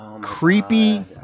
creepy